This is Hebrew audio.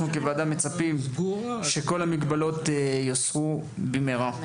אנחנו כוועדה מצפים שכל המגבלות יוסרו במהרה.